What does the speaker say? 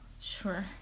Sure